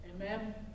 Amen